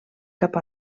cap